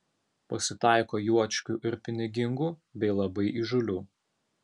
pasitaiko juočkių ir pinigingų bei labai įžūlių